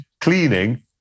Cleaning